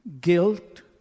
guilt